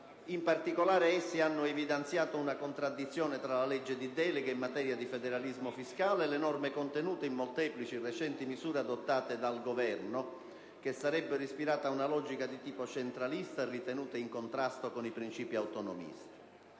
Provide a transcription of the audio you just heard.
In particolare, essi hanno evidenziato una contraddizione tra la legge di delega in materia di federalismo fiscale e le norme contenute in molteplici recenti misure adottate dal Governo, che sarebbero ispirate ad una logica di tipo centralista, ritenuta in contrasto con i princìpi autonomisti.